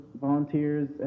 volunteers